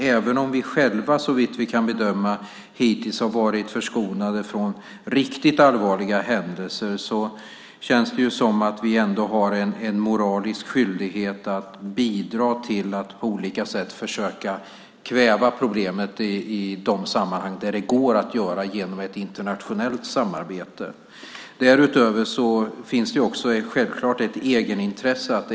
Även om vi själva såvitt vi kan bedöma hittills har varit förskonade från riktigt allvarliga händelser känns det som om vi har en moralisk skyldighet att bidra till att på olika sätt försöka kväva problemet i de sammanhang det går att göra det genom ett internationellt samarbete. Därutöver finns det självfallet ett egenintresse.